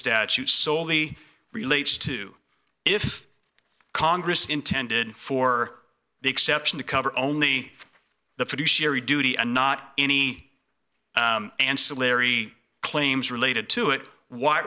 statutes solely relates to if congress intended for the exception to cover only the fiduciary duty and not any ancillary claims related to it why